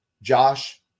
Josh